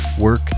work